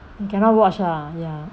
you cannot watch lah ya